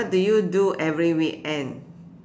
what do you do every weekend